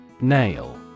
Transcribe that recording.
Nail